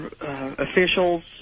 officials